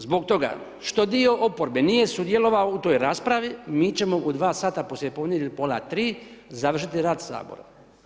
Zbog toga što dio oporbe nije sudjelovao u toj raspravi mi ćemo u 2 sata poslije podne ili pola 3 završiti rad Sabora.